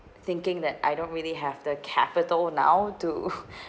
thinking that I don't really have the capital now to